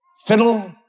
fiddle